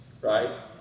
right